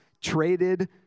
traded